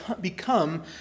become